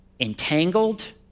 entangled